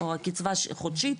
או קצבה חודשית,